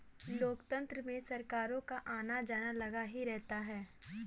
लोकतंत्र में सरकारों का आना जाना लगा ही रहता है